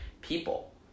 people